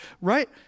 right